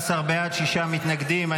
19 בעד, שישה מתנגדים.